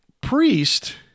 Priest